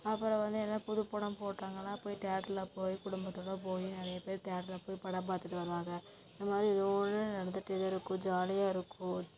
அப்புறோம் வந்து எதனால் புது படம் போட்டாங்கன்னா போய் தேட்ரல போய் குடும்பத்தோடு போய் நறைய பேர் தேட்ரல போய் படம் பார்த்துட்டு வருவாங்க இதுமாதிரி எதோ ஒன்று நடந்துகிட்டே தான் இருக்கும் ஜாலியாக இருக்கும்